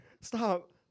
Stop